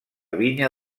vinya